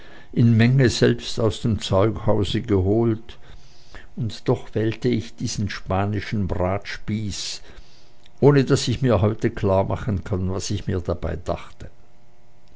in menge selbst aus dem zeughause geholt und doch wählte ich diesen spanischen bratspieß ohne daß ich mir heute klarmachen kann was ich mir dabei dachte